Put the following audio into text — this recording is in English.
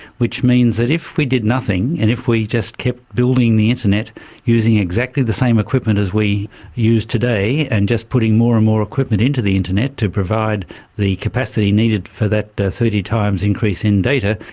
which means that if we did nothing and if we just kept building the internet using exactly the same equipment as we use today and just putting more and more equipment into the internet to provide the capacity needed for that thirty times increase in data,